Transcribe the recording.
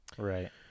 right